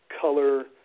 color